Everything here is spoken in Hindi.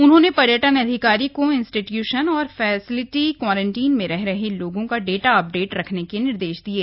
उन्होंने पर्यटन अधिकारी को इंस्टीट्यूशन और फैसेलिटी क्वारंटाइन में रहे लोगों का डाटा अपडेट रखने के निर्देश दिये